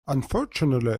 unfortunately